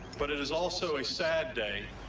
but it is also a sad day,